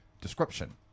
description